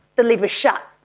the lid was shut,